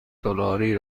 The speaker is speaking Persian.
دلاری